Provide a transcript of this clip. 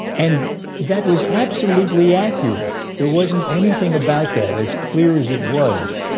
and that was absolutely accurate. there wasn't anything about that, as clear as it was,